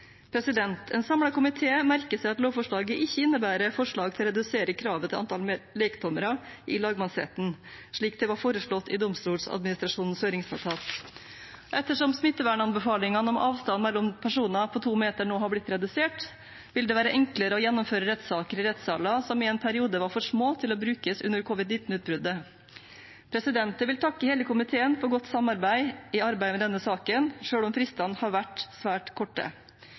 En samlet komité merker seg at lovforslaget ikke innebærer forslag om å redusere kravet til antall lekdommere i lagmannsretten, slik det var foreslått i Domstoladministrasjonens høringsnotat. Ettersom smittevernanbefalingene om en avstand på to meter mellom personer nå er blitt redusert, vil det være enklere å gjennomføre rettssaker i rettsaler som i en periode var for små til å kunne brukes under covid-19-utbruddet. Jeg vil takke hele komiteen for godt samarbeid i arbeidet med denne saken, selv om fristene har vært svært korte.